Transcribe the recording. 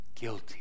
guilty